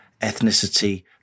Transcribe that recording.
ethnicity